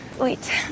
Wait